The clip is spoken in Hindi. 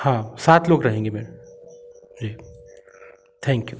हाँ सात लोग रहेंगे मैम जी थैंक यू